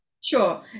Sure